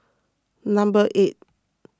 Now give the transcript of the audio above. number eight